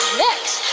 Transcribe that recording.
next